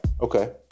Okay